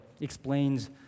explains